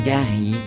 Gary